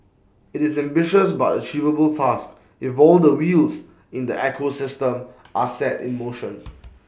IT is an ambitious but achievable task if all the wheels in the ecosystem are set in motion